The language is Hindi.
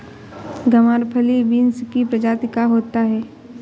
ग्वारफली बींस की प्रजाति का होता है